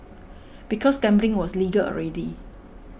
because gambling was legal already